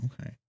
okay